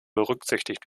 berücksichtigt